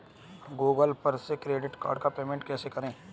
Google पर से credit card का पेमेंट कैसे करें?